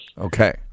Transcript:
Okay